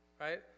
right